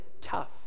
tough